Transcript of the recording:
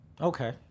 Okay